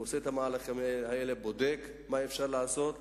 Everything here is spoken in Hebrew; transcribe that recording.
עושה את המהלכים האלה ובודק מה אפשר לעשות.